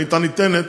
אם הייתה ניתנת,